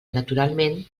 naturalment